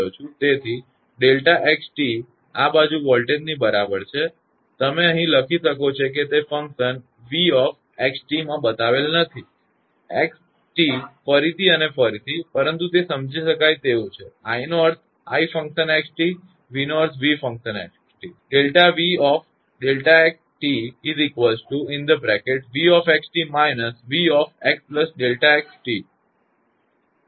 તેથી Δ𝑥𝑡 આ બાજુ વોલ્ટેજની બરાબર છે તમે અહીં લખી શકો છો તે ફંક્શન 𝑣𝑥𝑡 માં બતાવેલ નથી x t ફરીથી અને ફરીથી પરંતુ તે સમજી શકાય તેવું છે i નો અર્થ છે 𝑖 𝑥 𝑡 અને v નો અર્થ 𝑣 𝑥 𝑡 છે